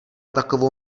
takovou